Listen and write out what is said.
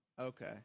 Okay